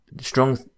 strong